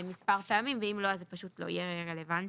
מספר פעמים, ואם לא אז זה פשוט לא יהיה רלוונטי.